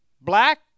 black